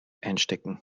einstecken